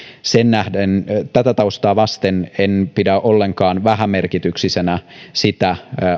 tätä taustaa vasten en pidä ollenkaan vähämerkityksellisenä sitä